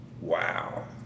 Wow